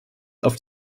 auf